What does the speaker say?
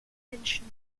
menschen